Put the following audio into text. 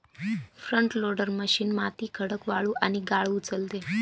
front loader machine माती, खडक, वाळू आणि गाळ उचलते